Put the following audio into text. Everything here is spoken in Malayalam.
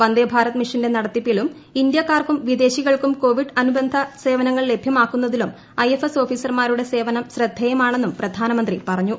വന്ദേഭാരത് മിഷന്റെ നടത്തിപ്പിലും ഇന്ത്യക്കാർക്കും വിദേശികൾക്കും കോവിഡ് അനുബന്ധ സേവനങ്ങൾ ലഭ്യമാക്കുന്നതിലും ഐഎഫ്എസ് ഓഫീസർമാരുടെ സേവനം ശ്രദ്ധേയമാണെന്നും പ്രധാനമന്ത്രി പറഞ്ഞു